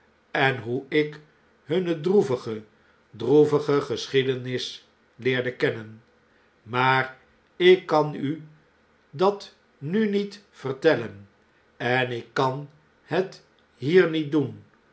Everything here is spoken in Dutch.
en hoe ik hunne droevige droevige geschiedenis leerde kennen i maar ik kan u dat nu niet vertellen en ik kan het hier niet doen